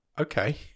Okay